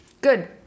Good